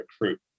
recruit